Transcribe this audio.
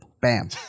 Bam